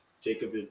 Jacob